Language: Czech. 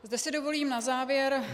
Zde si dovolím na závěr